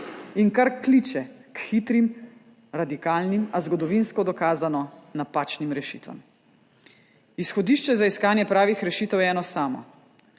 in kar kliče k hitrim, radikalnim, a zgodovinsko dokazano napačnim rešitvam. Izhodišče za iskanje pravih rešitev je eno samo: